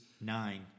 Nine